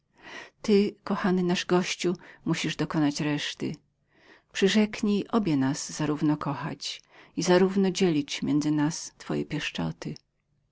ty kochany nasz gościu musisz uzupełnić naszą zgodę przyrzeknij obie nas zarówno kochać i zarówno dzielić między nas twoje pieszczoty